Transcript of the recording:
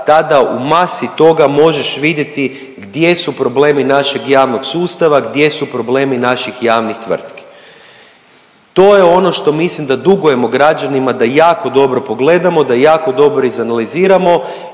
tada u masi toga možeš vidjeti gdje su problemi našeg javnog sustava, gdje su problemi naših javnih tvrtki. To je ono što mislim da dugujemo građanima da jako dobro pogledamo, da jako dobro izanaliziramo